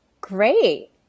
Great